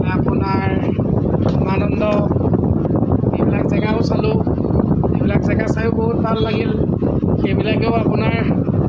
আপোনাৰ উমানন্দ সেইবিলাক জেগাও চালোঁ সেইবিলাক জেগা চায়ো বহুত ভাল লাগিল সেইবিলাকেও আপোনাৰ